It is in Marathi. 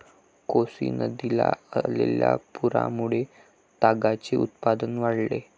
कोसी नदीला आलेल्या पुरामुळे तागाचे उत्पादन वाढले